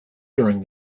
during